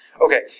Okay